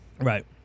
Right